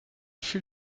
fut